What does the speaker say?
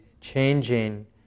changing